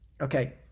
okay